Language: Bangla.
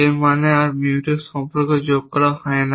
এর মানে আর Mutex সম্পর্ক যোগ করা হয় না